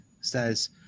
says